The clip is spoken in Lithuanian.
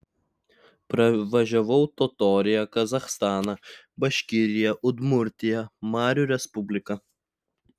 pravažiavau totoriją kazachstaną baškiriją udmurtiją marių respubliką